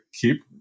keep